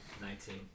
Nineteen